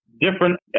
Different